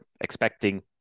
expecting